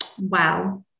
Wow